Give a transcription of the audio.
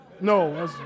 No